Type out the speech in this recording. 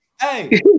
Hey